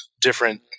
different